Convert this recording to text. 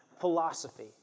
philosophy